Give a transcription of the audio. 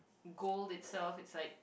gold itself is like